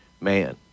man